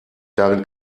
darin